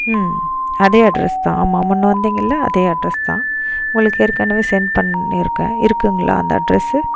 அதே அட்ரஸ் தான் ஆமா முன்னே வந்திங்க இல்லை அதே அட்ரஸ் தான் உங்களுக்கு ஏற்கனவே சென்ட் பண்ணிருக்கேன் இருக்குங்களா அந்த அட்ரஸு